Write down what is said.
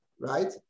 right